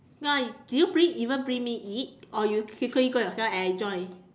no ah do you bring even bring me eat or you secretly go yourself and enjoy